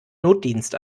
notdienst